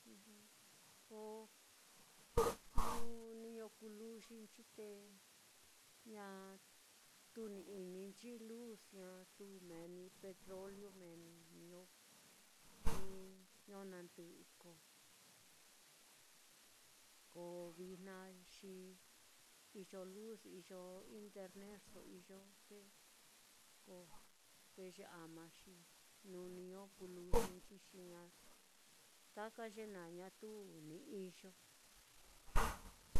Ko nuu niño kuu luxinchi, te ñatu ni ininchi luz ñatu, meeni petroleo meeni niño ni niño nandɨꞌɨ, ko ko vijna xi iyo luz, iyo internetso iyo, te ko ndeye ama, xi nuu niño kuu luxinchi, xi taka ye naá, ñatu ni iyo.